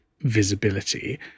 visibility